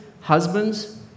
husbands